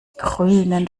grünen